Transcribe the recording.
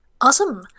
Awesome